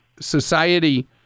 society